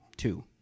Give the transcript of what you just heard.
Two